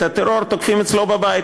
את הטרור תוקפים אצלו בבית,